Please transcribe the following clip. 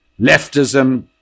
leftism